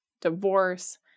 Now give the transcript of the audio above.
divorce